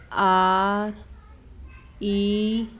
R E